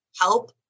help